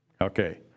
Okay